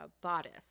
bodice